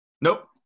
Nope